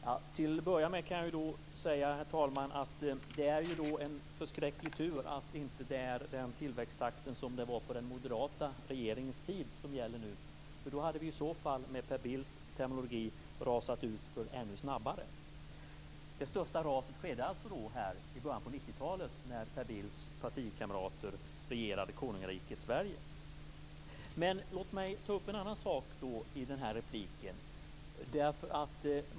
Herr talman! Till att börja med vill jag säga att det är en förskräcklig tur att vi inte har samma tillväxttakt som vi hade på den moderata regeringens tid. I så fall hade vi med Per Bills terminologi rasat utför ännu snabbare. Det största raset skedde alltså i början av Låt mig ta upp en annan sak.